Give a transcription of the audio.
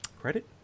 credit